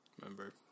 Remember